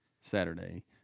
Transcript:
Saturday